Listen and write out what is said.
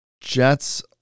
Jets